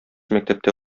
мәктәптә